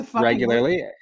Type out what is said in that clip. regularly